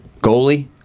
goalie